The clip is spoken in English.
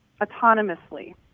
autonomously